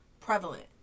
prevalent